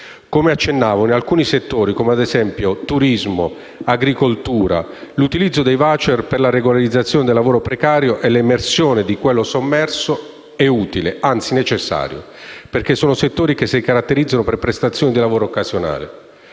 Come accennavo, in alcuni settori, come ad esempio quelli del turismo e dell'agricoltura, l'utilizzo dei *voucher* per la regolarizzazione del lavoro precario e l'emersione di quello sommerso è utile, anzi necessario, perché si tratta di settori che si caratterizzano per prestazioni di lavoro occasionali.